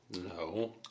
No